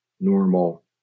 normal